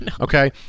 okay